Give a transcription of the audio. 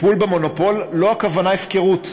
טיפול במונופול, הכוונה היא לא הפקרות,